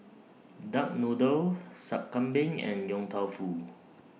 Duck Noodle Sup Kambing and Yong Tau Foo